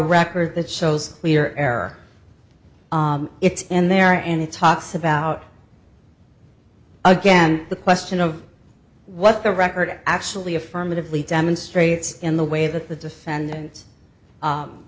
record that shows clear error it's in there and it talks about again the question of what the record actually affirmatively demonstrates in the way that the defendants